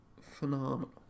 Phenomenal